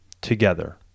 together